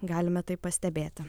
galime tai pastebėti